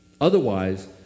Otherwise